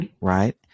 Right